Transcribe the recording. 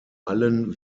allen